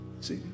See